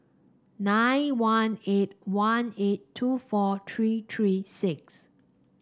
nine one eight one eight two four three three six